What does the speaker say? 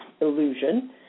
illusion